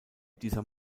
dieser